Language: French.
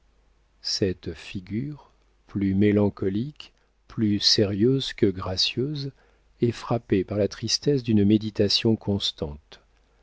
cette figure plus mélancolique plus sérieuse que gracieuse est frappée par la tristesse d'une méditation constante